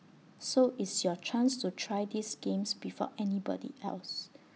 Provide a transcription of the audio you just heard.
so it's your chance to try these games before anybody else